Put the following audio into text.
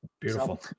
Beautiful